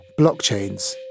blockchains